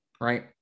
right